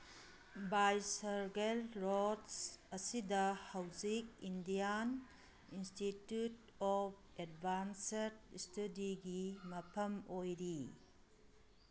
ꯚꯥꯏꯁꯔꯒꯦꯜ lodge ꯑꯁꯤꯗ ꯍꯧꯖꯤꯛ Indian institute of advance ꯏꯁꯇꯗꯤꯒꯤ ꯃꯐꯝ ꯑꯣꯏꯔꯤ